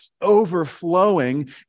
overflowing